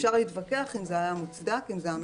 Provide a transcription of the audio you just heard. אפשר להתווכח אם זה היה מוצדק ומשכנע,